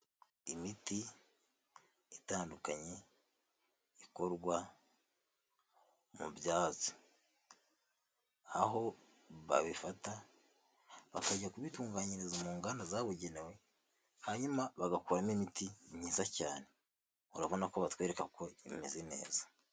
Imiti itandukanye ikorwa mu byatsi aho babifata bakajya kubitunganyiriza mu nganda zabugenewe hanyuma bagakuramo imiti myiza cyane urabona ko batwereka ko imeze neza.